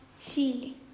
Chile